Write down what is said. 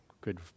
good